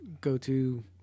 go-to